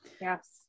Yes